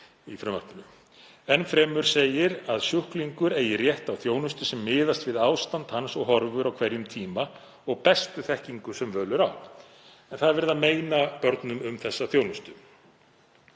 Enn fremur segir að sjúklingur eigi rétt á þjónustu sem miðast við ástand hans og horfur á hverjum tíma og bestu þekkingu sem völ er á. En það er verið að meina börnum um þessa þjónustu.